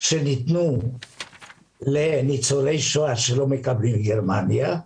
שניתנו לניצולי שואה שלא מקבלים מגרמניה,